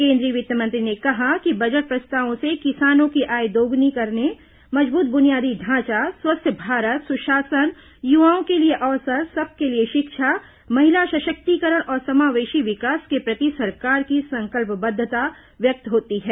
केंद्रीय वित्त मंत्री ने कहा कि बजट प्रस्तावों से किसानों की आय दोगुनी करने मजबूत बुनियादी ढांचा स्वस्थ भारत सुशासन युवाओं के लिए अवसर सबके लिए शिक्षा महिला सशक्तिकरण और समावेशी विकास के प्रति सरकार की संकलपबद्धता व्यक्त होती है